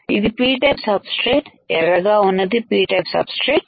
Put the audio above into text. ఇదిPటైపు substrate ఎర్రగా ఉన్నది P type sub straight